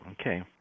Okay